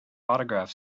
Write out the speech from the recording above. autograph